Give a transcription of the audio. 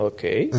Okay